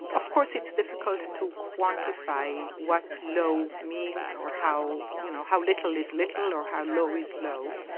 of course it's difficult to quantify what low means or how you know how little is little, or how low is low.